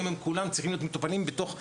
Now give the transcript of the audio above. היום הם כולם צריכים להיות מטופלים בתוך,